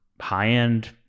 high-end